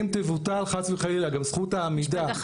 אם תבוטל חס וחלילה גם זכות העמידה,